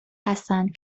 هستند